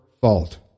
fault